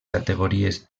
categories